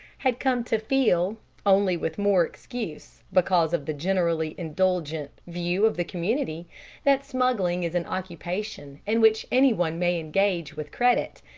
had come to feel only with more excuse, because of the generally indulgent view of the community that smuggling is an occupation in which any one may engage with credit,